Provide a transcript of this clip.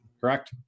Correct